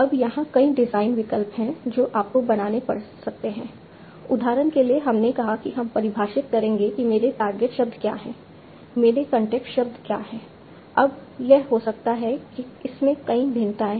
अब यहाँ कई डिज़ाइन विकल्प हैं जो आपको बनाने पड़ सकते हैं उदाहरण के लिए हमने कहा कि हम परिभाषित करेंगे कि मेरे टारगेट शब्द क्या हैं मेरे कॉन्टेक्स्ट शब्द क्या हैं अब यह हो सकता है कि इसमें कई भिन्नताएँ हो